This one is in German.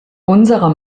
unserer